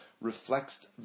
reflects